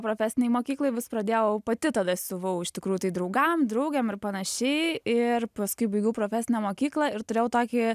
profesinėj mokykloj vis pradėjau pati tada siuvau iš tikrųjų tai draugam draugėm ir panašiai ir paskui baigiau profesinę mokyklą ir turėjau tokį